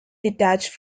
detached